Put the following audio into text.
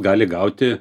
gali gauti